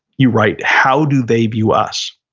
you write, how do they view us?